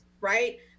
right